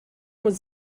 was